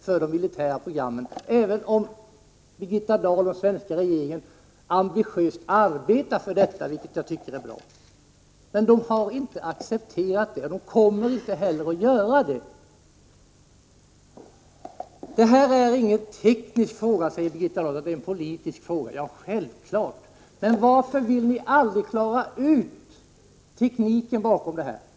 Även om Birgitta Dahl och övriga medlemmar av den svenska regeringen ambitiöst arbetar för en IAEA-kontroll i detta sammanhang, har ännu ingen stat accepterat en sådan kontroll, och ingen stat kommer heller att göra det. Birgitta Dahl säger att det här inte är en teknisk fråga utan en politisk fråga. Ja, självfallet är det så. Men varför vill ni aldrig klara ut den bakomliggande tekniken?